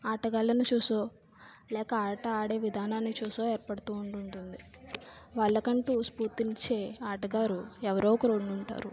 ఆటగాళ్ళని చూసి లేక ఆట ఆడే విధానాన్ని చూసి ఏర్పడుతు ఉండి ఉంటుంది వాళ్ళకు అంటూ స్ఫూర్తినిచ్చే ఆటగారు ఎవరో ఒకరు ఉండి ఉంటారు